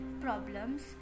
problems